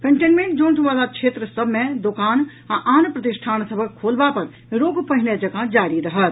containment zone वला क्षेत्र सभ मे दोकान का आन प्रतिष्ठान सभक खोलबा पर रोक पहिने जकाँ जारी रहत